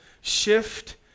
shift